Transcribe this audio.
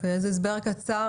הסבר קצר.